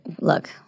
look